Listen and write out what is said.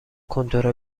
کنتور